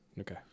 Okay